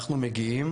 אנחנו מגיעים